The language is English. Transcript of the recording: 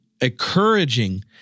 encouraging